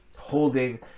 holding